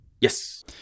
Yes